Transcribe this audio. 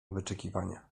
wyczekiwania